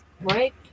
Right